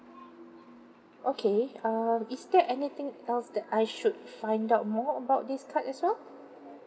okay uh is there anything else that I should find out more about this card as well